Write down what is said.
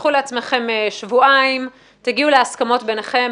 קחו לעצמכם שבועיים ותגיעו להסכמות ביניכם,